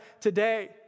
today